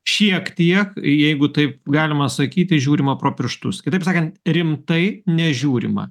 šiek tiek jeigu taip galima sakyti žiūrima pro pirštus kitaip sakant rimtai nežiūrima